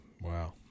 Wow